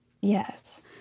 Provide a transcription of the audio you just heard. Yes